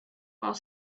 while